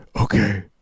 Okay